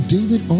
David